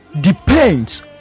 depends